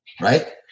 Right